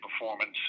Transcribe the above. performance